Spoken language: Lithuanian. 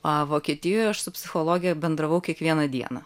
a vokietijoj aš su psichologe bendravau kiekvieną dieną